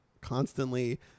constantly